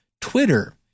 Twitter